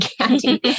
candy